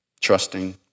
trusting